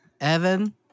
Evan